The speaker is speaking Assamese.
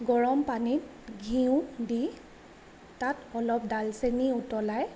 গৰম পানীত ঘিউ দি তাত অলপ দালচেনী উতলাই